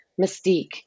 mystique